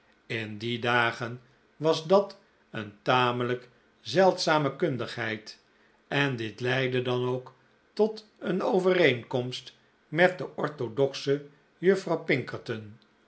in die dagen was dat een tamelijk zeldzame kundigheid en dit leidde dan ook tot een overeenkomst met de orthodoxe juffrouw